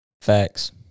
Facts